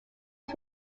who